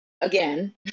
again